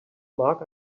mark